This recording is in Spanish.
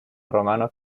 romano